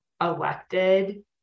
elected